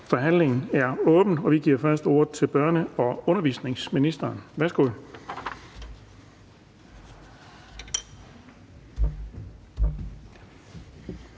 Forhandlingen er åbnet. Vi giver først ordet til børne- og undervisningsministeren.